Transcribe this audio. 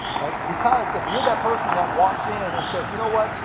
because if you're that person that walks in and says, you know what?